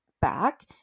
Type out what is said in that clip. back